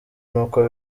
n’uko